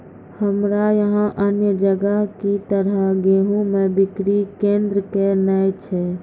हमरा यहाँ अन्य जगह की तरह गेहूँ के बिक्री केन्द्रऽक नैय छैय?